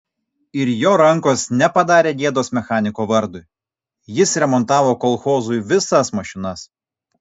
ir jo rankos nepadarė gėdos mechaniko vardui jis remontavo kolchozui visas mašinas